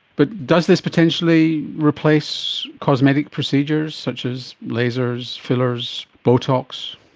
but does this potentially replace cosmetic procedures such as lasers, fillers, botox?